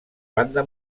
banda